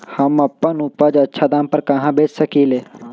हम अपन उपज अच्छा दाम पर कहाँ बेच सकीले ह?